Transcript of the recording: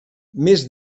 més